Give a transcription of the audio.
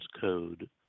Code